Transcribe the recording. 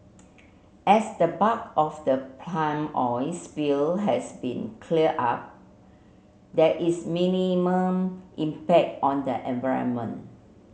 as the bulk of the palm oil spill has been cleared up there is minimal impact on the environment